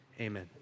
Amen